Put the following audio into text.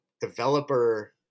developer